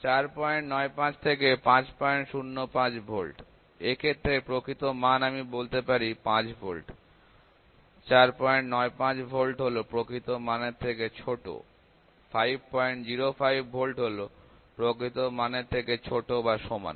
৪৯৫ থেকে ৫০৫ ভোল্ট এ ক্ষেত্রে প্রকৃত মান আমি বলতে পারি ৫ ভোল্ট ৪৯৫ ভোল্ট হল প্রকৃত মান এর থেকে ছোট ৫০৫ ভোল্ট হল প্রকৃত মান এর থেকে ছোট বা সমান